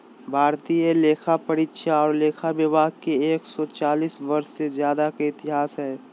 भारतीय लेखापरीक्षा और लेखा विभाग के एक सौ चालीस वर्ष से ज्यादा के इतिहास हइ